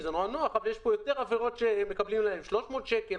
יותר עבירות שמקבלים עליהן 300 שקלים,